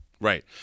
Right